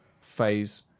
phase